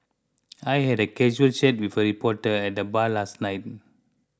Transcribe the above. I had a casual chat with a reporter at the bar last night